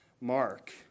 Mark